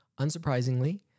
unsurprisingly